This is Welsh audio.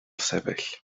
sefyll